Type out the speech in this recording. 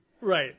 Right